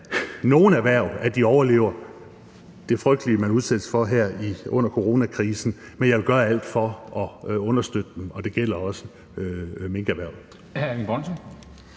nogen erhverv, at de overlever det frygtelige, som man udsættes for her under coronakrisen, men jeg vil gøre alt for at understøtte dem, og det gælder også minkerhvervet.